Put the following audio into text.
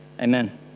amen